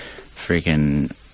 freaking